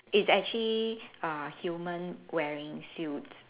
it's actually err human wearing suits